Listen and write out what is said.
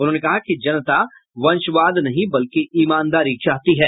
उन्होंने कहा कि जनता वंशवाद नहीं बल्कि इमानदारी चाहती है